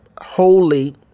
holy